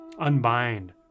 unbind